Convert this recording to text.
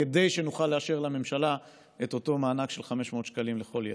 כדי שנוכל לאשר לממשלה את אותו מענק של 500 שקלים לכל ילד.